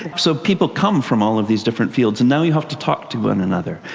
so people come from all of these different fields and now you have to talk to one another.